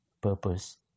purpose